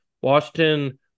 Washington